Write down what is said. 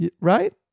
right